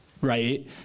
right